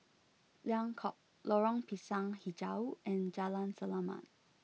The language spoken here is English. Liang Court Lorong Pisang HiJau and Jalan Selamat